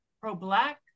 pro-Black